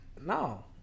no